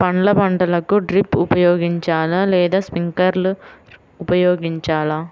పండ్ల పంటలకు డ్రిప్ ఉపయోగించాలా లేదా స్ప్రింక్లర్ ఉపయోగించాలా?